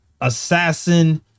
assassin